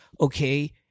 okay